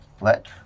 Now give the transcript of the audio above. Let